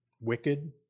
wicked